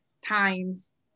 times